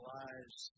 lives